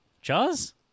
Jaws